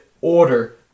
order